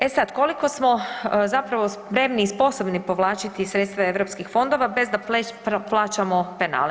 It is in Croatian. E sad, koliko smo zapravo spremni i sposobni povlačiti sredstva europskih fondova bez da plaćamo penale.